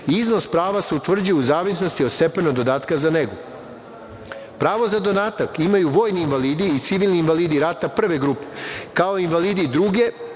prava se utvrđuje u zavisnosti od stepena dodatka za negu. Pravo za dodatak imaju vojni invalidi i civilni invalidi rata prve grupe, kao i invalidi druge,